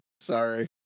Sorry